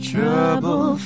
Trouble